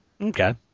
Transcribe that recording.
okay